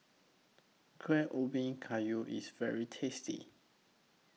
Kuih Ubi Kayu IS very tasty